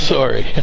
Sorry